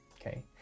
okay